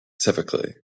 typically